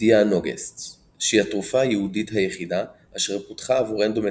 דיאנוגסט שהיא התרופה הייעודית היחידה אשר פותחה עבור אנדומטריוזיס,